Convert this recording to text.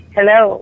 Hello